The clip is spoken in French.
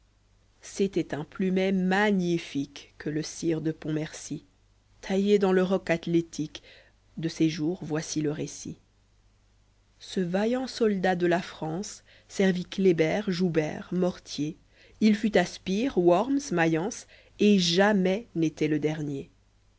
c'était un plumet magnifique que le sire de ppntmercy taillé dans le roc athlétique de ses jours voici le récit ce vaillant soldat de la france servit kléber joubert mortier fut à spire worms mayence et jamais n'était le dernier